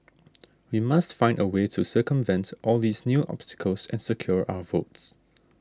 we must find a way to circumvents all these new obstacles and secure our votes